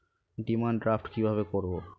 Demand draft কীভাবে করব?